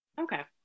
Okay